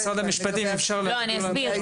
אני אסביר.